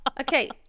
okay